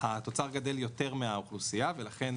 התוצר גדל יותר מהאוכלוסייה ולכן